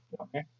Okay